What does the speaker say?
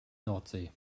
nordsee